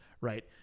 right